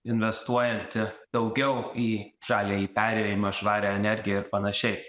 investuojanti daugiau į žaliąjį perėjimą švarią energiją ir panašiai